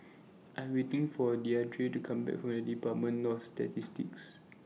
I Am waiting For Deidre to Come Back from department of Statistics